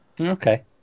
okay